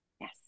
yes